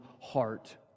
heart